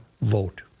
vote